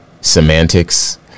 semantics